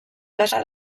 gasa